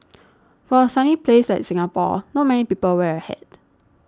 for a sunny place like Singapore not many people wear a hat